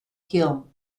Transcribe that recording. hulme